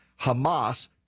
Hamas